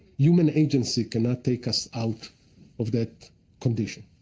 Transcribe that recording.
human agency cannot take us out of that condition.